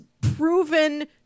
proven